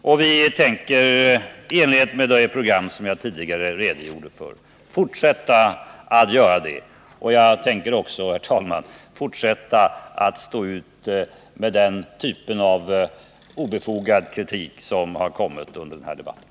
Och vi tänker, i enlighet med det program som jag tidigare redogjorde för, fortsätta att göra det. Jag tänker också, herr talman, fortsätta att stå ut med den typen av obefogad kritik som har framförts under den här debatten.